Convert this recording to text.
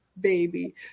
baby